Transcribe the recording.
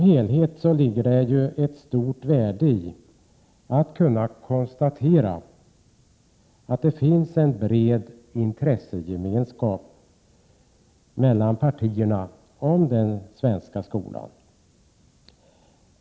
Totalt sett är det av stort värde att kunna konstatera att det finns en bred intressegemenskap mellan partierna om den svenska skolan.